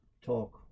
talk